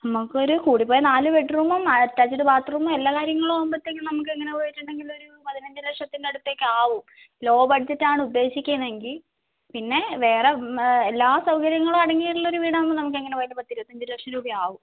നമുക്ക് ഒരു കൂടിപ്പോയാൽ നാല് ബെഡ്റൂമും അറ്റാച്ചിഡ് ബാത്ത്റൂമും എല്ലാ കാര്യങ്ങളാകുമ്പോഴത്തേക്കും നമുക്ക് എങ്ങനെ പോയിട്ടുണ്ടെങ്കിൽ ഒരു പതിനഞ്ച് ലക്ഷത്തിൻ്റെ അടുത്തൊക്കെയാകും ലോ ബഡ്ജെറ്റാണുദ്ദേശിക്കുന്നതെങ്കിൽ പിന്നെ വേറെ എല്ലാ സൗകര്യങ്ങളും അടങ്ങിയുള്ള ഒരു വീടാണെങ്കിൽ നമുക്കെങ്ങനെ പോയാലും പത്തിരുപത്തഞ്ചുലക്ഷം രൂപയാവും